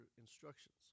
instructions